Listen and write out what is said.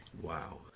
Wow